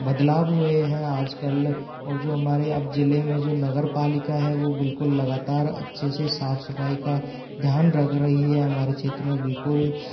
बदलाव हुए हैं आजकल और जो हमारे अब ज़िले में जो नगरपालिका है वह बिल्कुल लगातार अच्छे से साफ सफाई का ध्यान रख रही है हमारे क्षेत्र में बिल्कुल